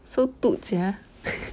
so 毒 sia